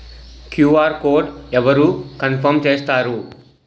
QR code అవరు confirm చేస్తారు?